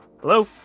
hello